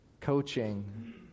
coaching